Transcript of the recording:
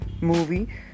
movie